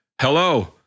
hello